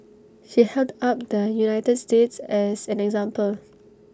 she held up the united states as an example